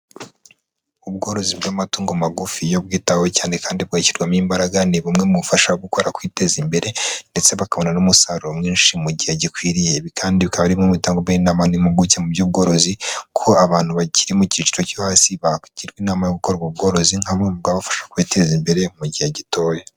Ubworozi bw'amatungo magufi iyo bwitaweho cyane, kandi bugashyirwamo imbaraga, ni bumwe mubufasha gukora kwiteza imbere, ndetse bakabona n'umusaruro mwinshi mu gihe gikwiriye. Ibi kandi bikaba ari bimwe mu bitangwaho inama n'impuguke mu by'ubworozi, ko abantu bakiri mu cyiciro cyo hasi bagirwa inama yo gukora ubwo bworozi, nka bumwe mu byabafasha kwiteza imbere mu gihe gitoya.